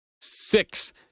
Six